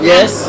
Yes